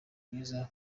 mwiza